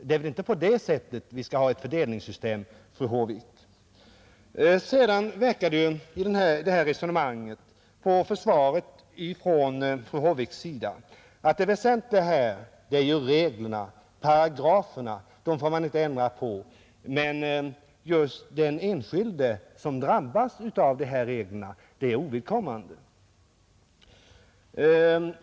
Det är väl inte så vi skall ha ett fördelningssystem, fru Håvik? Av fru Håviks resonemang verkar det som om det väsentliga här är reglerna, paragraferna — dem får man inte ändra på — medan den enskilde som drabbas av de reglerna är någonting ovidkommande.